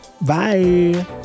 Bye